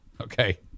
Okay